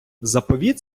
заповіт